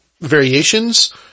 variations